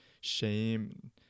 shame